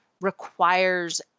requires